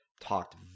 talked